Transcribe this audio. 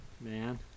man